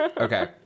Okay